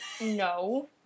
No